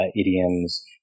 idioms